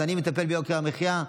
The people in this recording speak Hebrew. אז אני מטפל ביוקר המחיה.